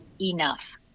enough